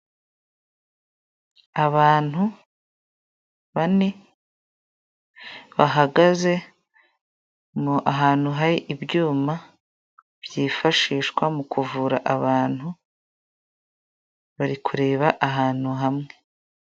Abantu bane bahagaze ahantu hari ibyuma byifashishwa mu kuvura abantu bari kureba ahantu hamwe.